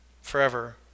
forever